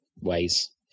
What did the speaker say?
ways